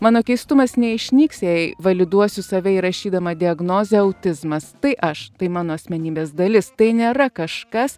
mano keistumas neišnyks jei validuosiu save įrašydama diagnozę autizmas tai aš tai mano asmenybės dalis tai nėra kažkas